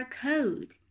code